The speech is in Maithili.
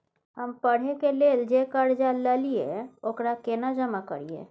हम पढ़े के लेल जे कर्जा ललिये ओकरा केना जमा करिए?